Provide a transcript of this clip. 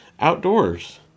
outdoors